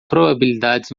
probabilidades